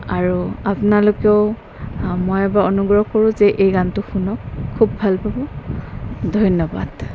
আৰু আপোনালোকেও মই এবাৰ অনুগ্ৰহ কৰোঁ যে এই গানটো শুনক খুব ভাল পাব ধন্যবাদ